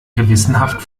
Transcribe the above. gewissenhaft